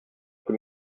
que